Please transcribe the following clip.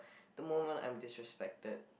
the moment I'm disrespected